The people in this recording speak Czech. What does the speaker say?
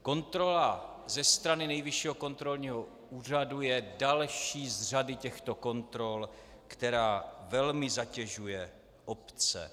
Kontrola ze strany Nejvyššího kontrolního úřadu je další z řady těchto kontrol, která velmi zatěžuje obce.